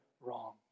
wrong